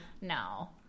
No